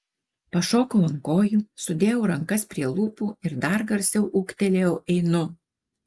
pašokau ant kojų sudėjau rankas prie lūpų ir dar garsiau ūktelėjau einu